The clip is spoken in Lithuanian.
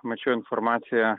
mačiau informaciją